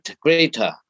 greater